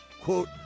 quote